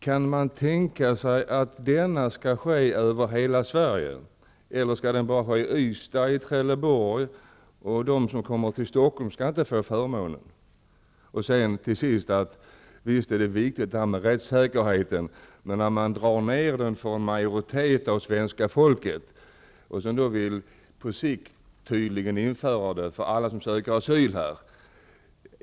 Kan man tänka sig att denna provverksamhet skall ske över hela Sverige, eller skall den bara ske i Ystad och i Trelleborg medan de som kommer till Stockholm inte skall få förmånen? Till sist: Visst är rättssäkerheten viktig, men vad man gör nu är att man minskar den för en majoritet av svenska folket och sedan tydligen på sikt vill ge juristhjälp åt alla som söker asyl.